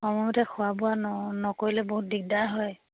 সময়তে খোৱা বোৱা নকৰিলে বহুত দিগদাৰ হয়